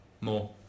More